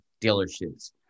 dealerships